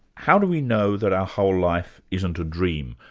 how do we know that our whole life isn't a dream,